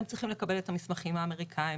הם צריכים לקבל את המסמכים האמריקאים,